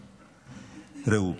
ראו,